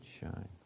shine